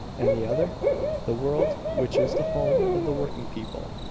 and the other the world which is the home of the working people,